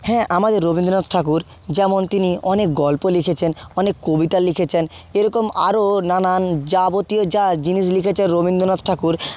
হ্যাঁ আমাদের রবীন্দ্রনাথ ঠাকুর যেমন তিনি অনেক গল্প লিখেছেন অনেক কবিতা লিখেছেন এরকম আরও নানান যাবতীয় যা জিনিস লিখেছেন রবীন্দনাথ ঠাকুর